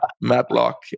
Matlock